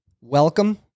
Welcome